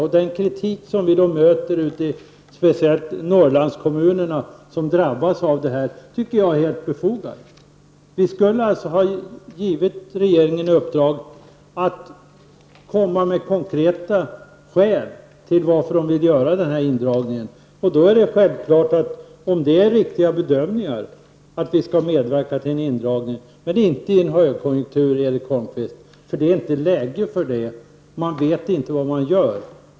Den kritik som vi möter i speciellt de drabbade Norrlandskommunerna tycker jag är helt befogad. Vi borde alltså ha gett regeringen i uppdrag att ange konkreta skäl till indragningen. Föreligger det riktiga bedömningar är det klart att vi skall medverka till en indragning, men inte bara därför att det är en högkonjunktur. Det är inte läge för det, Erik Holmkvist, eftersom man inte vet vad man gör.